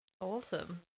awesome